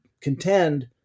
contend